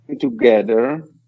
together